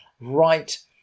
right